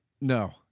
No